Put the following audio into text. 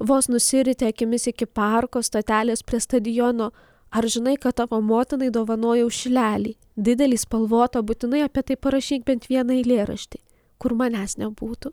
vos nusiritę akimis iki parko stotelės prie stadiono ar žinai kad tavo motinai dovanojau šilelį didelį spalvotą būtinai apie tai parašyk bent vieną eilėraštį kur manęs nebūtų